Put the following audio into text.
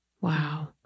Wow